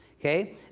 okay